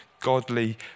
godly